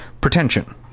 pretension